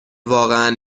واقعا